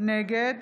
נגד